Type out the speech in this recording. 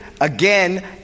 again